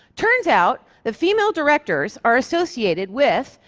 turns out, the female directors are associated with,